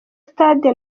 sitade